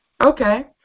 Okay